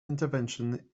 intervention